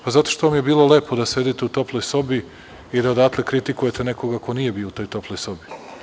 Pa, zato što vam je bilo lepo da sedite u toploj sobi i da odatle kritikujete nekog ko nije bio u toj toploj sobi.